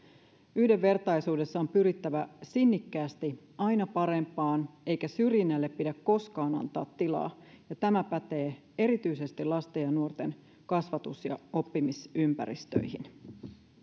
yhdenvertaisuudessa on pyrittävä sinnikkäästi aina parempaan eikä syrjinnälle pidä koskaan antaa tilaa ja tämä pätee erityisesti lasten ja nuorten kasvatus ja oppimisympäristöihin